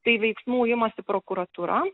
tai veiksmų imasi prokuratūra